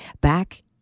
Back